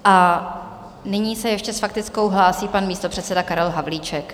A nyní se ještě s faktickou hlásí pan místopředseda Karel Havlíček.